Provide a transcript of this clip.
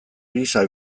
gisa